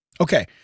Okay